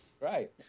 Right